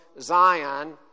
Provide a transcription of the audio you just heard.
Zion